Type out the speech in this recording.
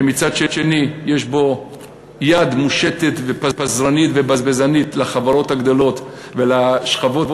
ומצד שני יש בו יד מושטת ופזרנית ובזבזנית לחברות הגדולות ולאליטות,